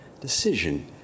decision